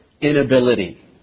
inability